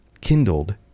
kindled